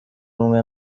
umwe